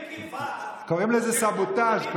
קוראים לזה סבוטז'.